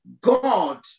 God